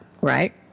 right